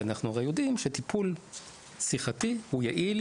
ואנחנו הרי יודעים שטיפול שיחתי הוא יעיל